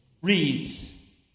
reads